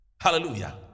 Hallelujah